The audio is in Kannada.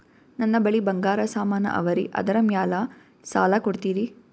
ನನ್ನ ಬಳಿ ಬಂಗಾರ ಸಾಮಾನ ಅವರಿ ಅದರ ಮ್ಯಾಲ ಸಾಲ ಕೊಡ್ತೀರಿ?